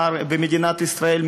במדינת ישראל,